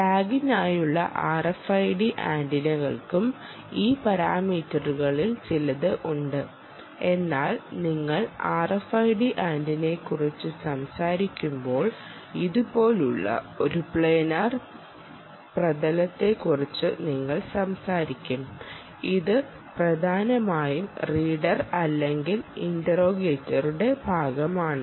ടാഗിനായുള്ള RFID ആന്റിനയ്ക്കും ഈ പാരാമീറ്ററുകളിൽ ചിലത് ഉണ്ട് എന്നാൽ നിങ്ങൾ RFID ആന്റിനയെക്കുറിച്ച് സംസാരിക്കുമ്പോൾ ഇതുപോലുള്ള ഒരു പ്ലനാർ പ്രതലത്തെക്കുറിച്ച് നിങ്ങൾ സംസാരിക്കും അത് പ്രധാനമായും റീഡർ അല്ലെങ്കിൽ ഇൻറ്ററോഗേറ്ററുടെ ഭാഗമാണ്